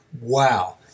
wow